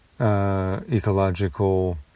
ecological